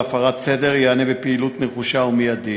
להפרת סדר ייענה בפעילות נחושה ומיידית.